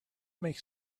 makes